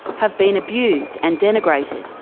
have been abused and denigrated.